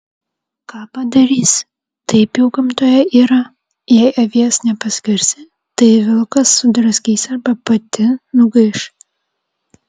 ką padarysi taip jau gamtoje yra jei avies nepaskersi tai vilkas sudraskys arba pati nugaiš